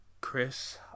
Chris